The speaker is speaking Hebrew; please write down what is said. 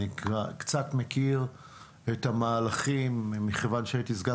אני קצת מכיר את המהלכים מכיוון שהייתי סגן